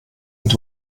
und